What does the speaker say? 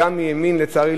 לצערי,